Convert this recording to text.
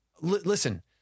Listen